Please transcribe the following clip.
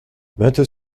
vingt